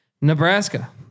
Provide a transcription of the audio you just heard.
Nebraska